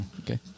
Okay